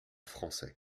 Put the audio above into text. français